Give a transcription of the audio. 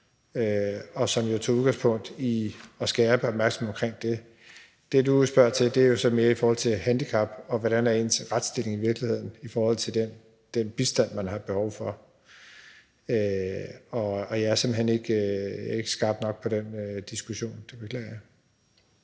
Det tog jo udgangspunkt i at skærpe opmærksomheden omkring det. Det, du spørger til, er jo så mere i forhold til handicap – hvordan er ens retsstilling i virkeligheden i forhold til den bistand, man har behov for? Jeg er simpelt hen ikke skarp nok på den diskussion, det beklager jeg.